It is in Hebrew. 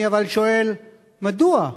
אני אבל שואל מדוע.